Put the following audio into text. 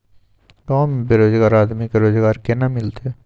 गांव में बेरोजगार आदमी के रोजगार केना मिलते?